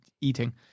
eating